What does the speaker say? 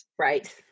Right